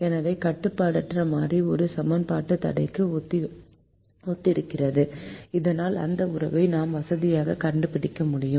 எனவே கட்டுப்பாடற்ற மாறி ஒரு சமன்பாட்டு தடைக்கு ஒத்திருக்கிறது இதனால் அந்த உறவை நாம் வசதியாக கண்டுபிடிக்க முடியும்